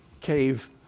cave